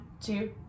two